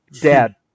Dad